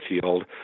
field